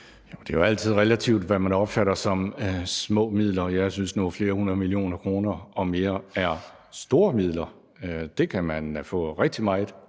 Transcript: Det er jo altid relativt, hvad man opfatter som små midler. Jeg synes nu, at flere hundrede millioner kroner og mere er store midler. Det kan man få rigtig meget